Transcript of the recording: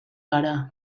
gara